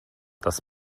das